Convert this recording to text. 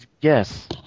Yes